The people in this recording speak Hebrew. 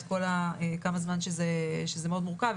שזה מאוד מורכב,